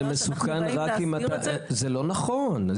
זה מסוכן רק אם התא זה לא נכון.